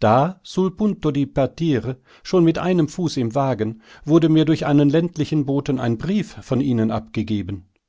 da sul punto di partire schon mit einem fuß im wagen wurde mir durch einen ländlichen boten ein brief von ihnen abgegeben